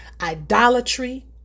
idolatry